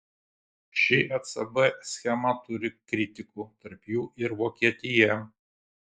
ši ecb schema turi kritikų tarp jų ir vokietija